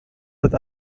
wird